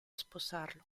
sposarlo